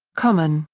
common,